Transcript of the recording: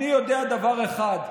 אני יודע דבר אחד: